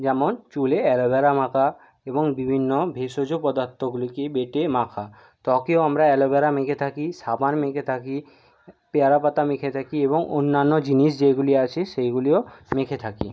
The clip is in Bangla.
যেমন চুলে অ্যালোভেরা মাখা এবং বিভিন্ন ভেষজ পদার্থগুলিকে বেটে মাখা ত্বকেও আমরা অ্যালোভেরা মেখে থাকি সাবান মেখে থাকি পেয়ারা পাতা মেখে থাকি এবং অন্যান্য জিনিস যেগুলি আছে সেইগুলিও মেখে থাকি